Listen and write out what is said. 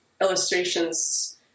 illustrations